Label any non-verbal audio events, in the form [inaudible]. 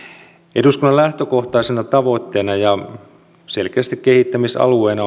eduskunnan lähtökohtaisena tavoitteena ja selkeästi kehittämisalueena [unintelligible]